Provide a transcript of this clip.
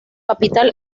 capital